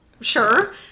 Sure